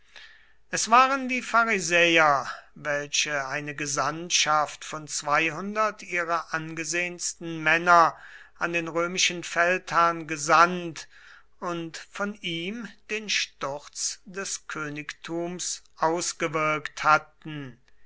es waren die pharisäer welche eine gesandtschaft von zweihundert ihrer angesehensten männer an den römischen feldherrn gesandt und von ihm den sturz des königtums ausgewirkt hatten